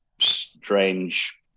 strange